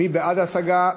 מי בעד ההשגה?